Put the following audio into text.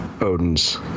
Odin's